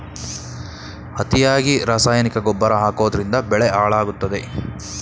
ಅತಿಯಾಗಿ ರಾಸಾಯನಿಕ ಗೊಬ್ಬರ ಹಾಕೋದ್ರಿಂದ ಬೆಳೆ ಹಾಳಾಗುತ್ತದೆ